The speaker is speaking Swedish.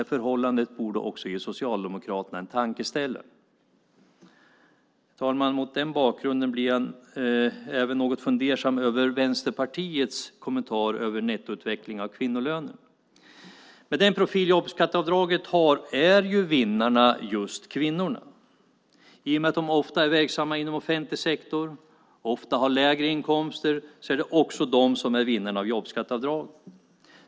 Det förhållandet borde ge Socialdemokraterna en tankeställare. Herr talman! Mot den bakgrunden blir jag något fundersam även över Vänsterpartiets kommentar till nettoutvecklingen av kvinnolönerna. Med jobbskatteavdragets profil är vinnarna just kvinnorna. I och med att kvinnorna ofta är verksamma inom offentlig sektor och ofta har lägre inkomster är det de som är vinnare beträffande jobbskatteavdraget.